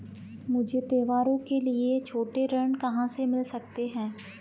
मुझे त्योहारों के लिए छोटे ऋृण कहां से मिल सकते हैं?